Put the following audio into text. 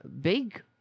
big